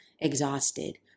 exhausted